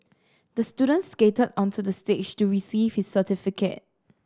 the student skated onto the stage to receive his certificate